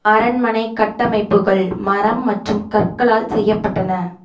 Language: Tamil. அரண்மனை கட்டமைப்புகள் மரம் மற்றும் கற்களால் செய்யப்பட்டன